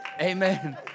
Amen